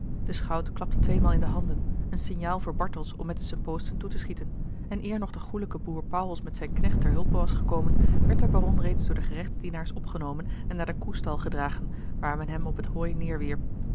e chout klapte in de handen een signaal voor bartels om met de suppoosten toe te schieten en eer nog de goêlijke boer pauwels met zijn knecht ter hulpe was gekomen werd de baron reeds door de gerechtsdienaars opgenomen en naar den koestal gedragen waar men hem op het hooi